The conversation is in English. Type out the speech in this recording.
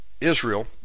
Israel